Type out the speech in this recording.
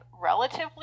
relatively